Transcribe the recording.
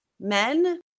men